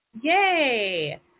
Yay